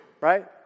Right